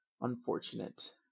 unfortunate